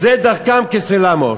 "זה דרכם כסל למו".